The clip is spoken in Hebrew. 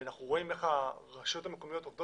אנחנו רואים איך הרשויות המקומיות עובדות